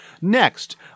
Next